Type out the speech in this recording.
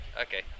Okay